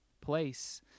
place